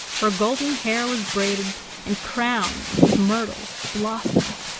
her golden hair was braided and crowned with myrtle blossoms,